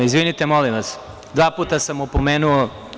Izvinite, molim vas, dva puta sam opomenuo.